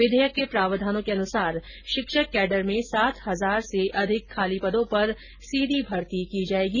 विधेयक के प्रावधानों के अनुसार शिक्षक केडर में सात हजार से अधिक खाली पदों पर सीधी भर्ती की जाएगी